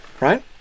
right